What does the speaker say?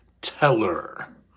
teller